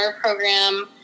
program